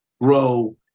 grow